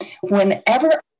Whenever